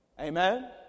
Amen